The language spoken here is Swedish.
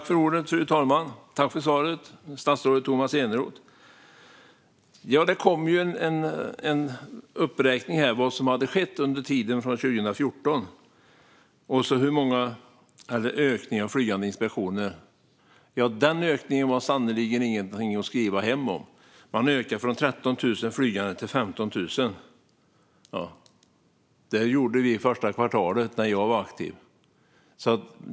Fru talman! Tack för svaret, statsrådet Tomas Eneroth! Det kom en uppräkning här av vad som har skett sedan 2014 och om ökningen av flygande inspektioner. Den ökningen var sannerligen ingenting att skriva hem om. Man ökade de flygande inspektionerna från 13 000 till 15 000. Det gjordes första kvartalet när jag var aktiv.